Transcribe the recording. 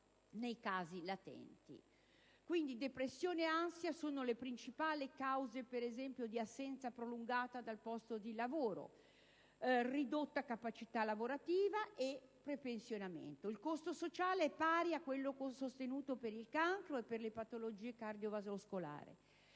nei casi latenti. Quindi, depressione e ansia sono le principali cause di assenza prolungata dal posto di lavoro, ridotta capacità lavorativa e prepensionamento. Il costo sociale è pari a quello sostenuto per il cancro e per le patologie cardiovascolari.